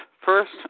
first